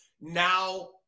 now